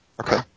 Okay